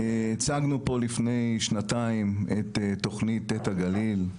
הצגנו פה לפני שנתיים את תוכנית עת הגליל,